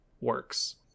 works